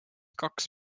kaks